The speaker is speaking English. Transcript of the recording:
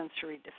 sensory